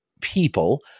people